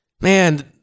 Man